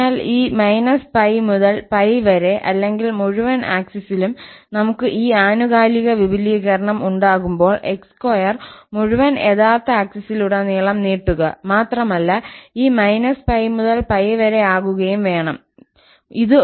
അതിനാൽ ഈ −𝜋 മുതൽ 𝜋 വരെ അല്ലെങ്കിൽ മുഴുവൻ ആക്സിസിലും നമുക്ക് ഈ ആനുകാലിക വിപുലീകരണം ഉണ്ടാകുമ്പോൾ x2 മുഴുവൻ യഥാർത്ഥ ആക്സിസിലുടനീളം നീട്ടുക മാത്രമല്ല ഈ −𝜋 മുതൽ 𝜋 വരെയാകുകയും വേണം ഇത് നീട്ടുക